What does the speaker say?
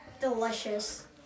delicious